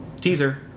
Teaser